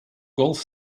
golf